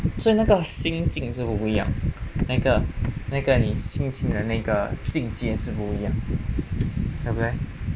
所以那个心境是不一样那个那个你心情的那个进阶是不一样的对不对